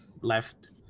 left